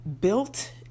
built